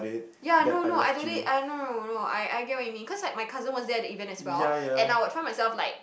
ya no no I don't need I know know I I get what you mean cause that my cousin was that event as well and I would find myself like